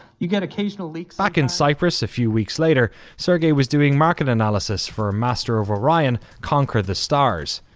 you get occasional leaks. back in cyprus a few weeks later, sergey was doing market analysis for master of orion conquer the stars.